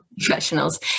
professionals